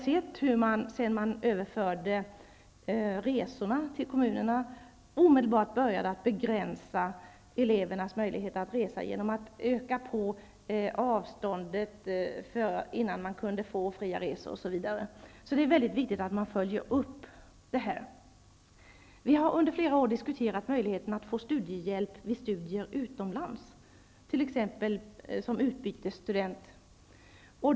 Sedan man överförde ansvaret för resorna till kommunerna har vi sett hur kommunerna omedelbart började begränsa elevernas möjlighet att resa genom att öka det avstånd som krävs innan man kan få fria resor osv. Det är alltså mycket viktigt att man följer upp detta. Vi har under flera år diskuterat möjligheten att få studiehjälp vid studier utomlands, t.ex. som utbytesstudent.